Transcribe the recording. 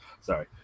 Sorry